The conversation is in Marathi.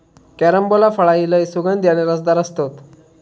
कॅरम्बोला फळा ही लय सुगंधी आणि रसदार असतत